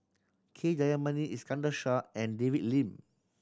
K Jayamani Iskandar Shah and David Lim